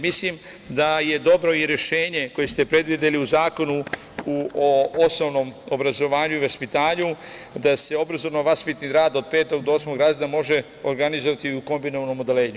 Mislim da je dobro i rešenje koje ste predvideli u Zakonu o osnovnom obrazovanju i vaspitanju, da se obrazovno vaspitni rad od petog do osmog razreda može organizovati u kombinovanom odeljenju.